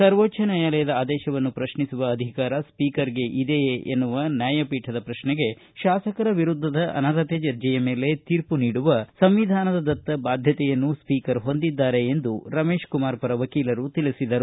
ಸರ್ವೋಚ್ಛ ನ್ಯಾಯಾಲಯದ ಆದೇಶವನ್ನು ಪ್ರಶ್ನಿಸುವ ಅಧಿಕಾರ ಸ್ವೀಕರ್ಗೆ ಇದೆಯೇ ಎನ್ನುವ ನ್ಯಾಯಪೀಠದ ಪ್ರಶ್ನೆಗೆ ಶಾಸಕರ ವಿರುದ್ಧದ ಅನರ್ಹತೆ ಅರ್ಜಿಯ ಮೇಲೆ ತೀರ್ಮ ನೀಡುವ ಸಂವಿಧಾನದತ್ತ ಬಾಧ್ಯತೆಯನ್ನು ಸ್ವೀಕರ್ ಹೊಂದಿದ್ದಾರೆ ಎಂದು ರಮೇಶಕುಮಾರ ಪರ ವಕೀಲರು ತಿಳಿಸಿದರು